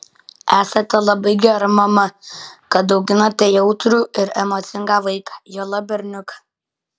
esate labai gera mama kad auginate jautrų ir emocingą vaiką juolab berniuką